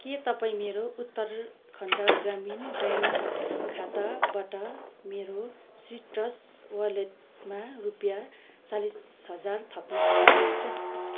के तपाई मेरो उत्तरखण्ड ग्रामीण ब्याङ्क खाताबाट मेरो सिट्रस वालेटमा रुपियाँ चालिस हजार थप्न सक्नुहुन्छ